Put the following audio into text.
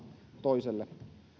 toiselle